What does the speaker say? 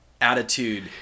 attitude